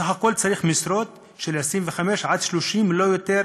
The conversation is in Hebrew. בסך הכול צריך משרות של 25 30 ולא יותר